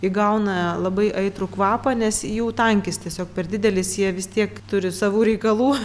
įgauna labai aitrų kvapą nes jų tankis tiesiog per didelis tie vis tiek turi savų reikalų